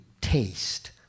taste